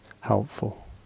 helpful